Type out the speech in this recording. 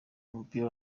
w’umupira